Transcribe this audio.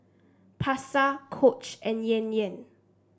Pasar Coach and Yan Yan